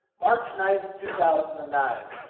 march nine, two thousand and nine,